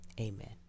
Amen